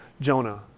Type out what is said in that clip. Jonah